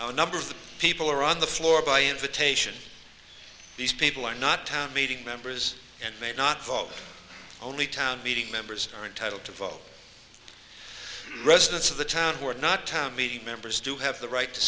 the number of people are on the floor by invitation these people are not town meeting members and may not follow only town meetings members are entitled to vote residents of the town who are not town meeting members do have the right to